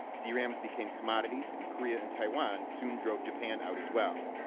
drams became commodities. and korea and taiwan soon drove japan out as well,